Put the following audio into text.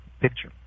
picture